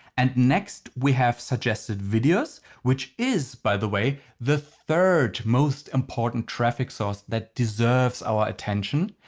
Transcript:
and next we have suggested videos which is by the way the third most important traffic source that deserves our attention.